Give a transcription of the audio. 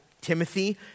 Timothy